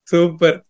Super